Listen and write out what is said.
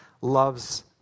loves